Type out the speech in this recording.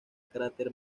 cráter